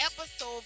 episode